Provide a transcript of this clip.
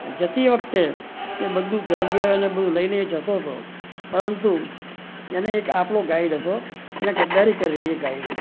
જતી વખતે એ બધું ગન ને એ બધું લઇને એ જતો તો પરંતુ એને એક આપણો ગાઈડ હતો એણે ગદ્દારી કરેલી એ ગાઈડે